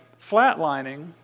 flatlining